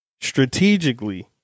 strategically